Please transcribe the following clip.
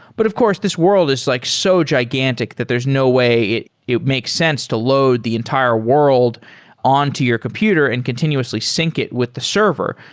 but, of course, this world is like so gigantic that there's no way it it makes sense to load the entire world on to your computer and continuously sync it with the server.